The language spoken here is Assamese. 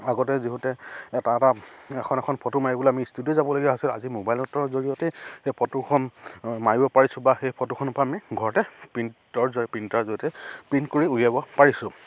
আগতে যিহেতু এটা এটা এখন এখন ফটো মাৰিবলৈ আমি ষ্টুডিঅ' যাবলগীয়া হৈছিলোঁ আজি মোবাইলৰ জৰিয়তে সেই ফটোখন মাৰিব পাৰিছোঁ বা সেই ফটোখনৰপৰা আমি ঘৰতে প্ৰিণ্টৰ জৰিয়তে প্ৰিণ্টাৰৰ জৰিয়তে প্ৰিণ্ট কৰি উলিয়াব পাৰিছোঁ